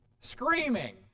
Screaming